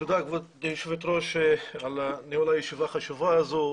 תודה גברתי היושבת ראש על ניהול הישיבה החשובה הזאת.